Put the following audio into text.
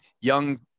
young